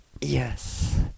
Yes